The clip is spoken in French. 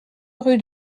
rue